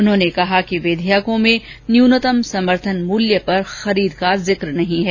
उन्होंने कहा कि विधेयकों में न्यूनतम समर्थन मूल्य पर खरीद का जिक्र नहीं है